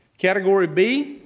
category b,